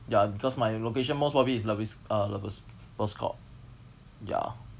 ya because my location most probably is vladis~ uh vladivostok ya